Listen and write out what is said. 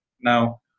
Now